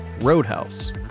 roadhouse